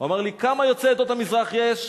הוא אמר לי: כמה יוצאי עדות המזרח יש?